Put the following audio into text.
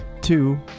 Two